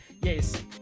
Yes